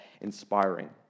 inspiring